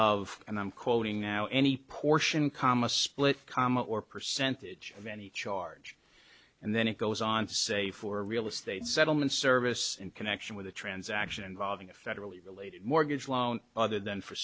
of and i'm quoting now any portion comma split comma or percentage of any charge and then it goes on to say for a real estate settlement service in connection with a transaction involving a federally related mortgage loan other than for